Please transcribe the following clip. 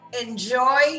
enjoy